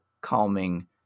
calming